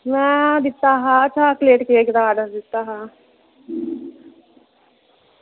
में दित्ता हा प्लेट प्लेट दा ऑर्डर दित्ता हा